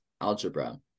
algebra